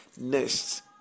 next